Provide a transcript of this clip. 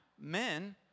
men